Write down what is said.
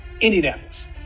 Indianapolis